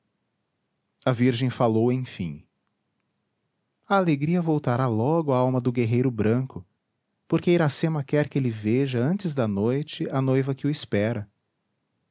a virgem falou enfim a alegria voltará logo à alma do guerreiro branco porque iracema quer que ele veja antes da noite a noiva que o espera